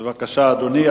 בבקשה, אדוני.